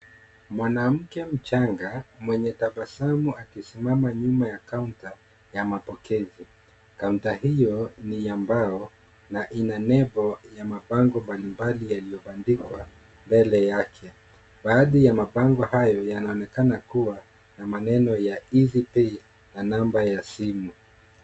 Mwanamke mchanga mwenye tabasamu akisimama nyuma ya counter ya mapokezi, counter [cs,]hiyo ni ya mbao na ina nembo ya mabango mbalimbali yaliyobandikwa mbele yake. Baadhi ya mabango hayo yanaonekana kuwa na maneno ya Easy Pay na namba ya simu.